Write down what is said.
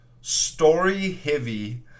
story-heavy